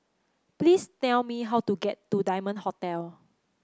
please tell me how to get to Diamond Hotel